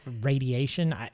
radiation